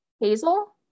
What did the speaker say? hazel